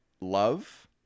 love